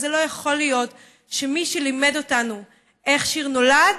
וזה לא יכול להיות שמי שלימד אותנו איך שיר נולד,